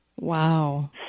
wow